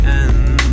end